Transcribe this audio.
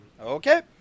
Okay